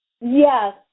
Yes